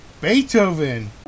Beethoven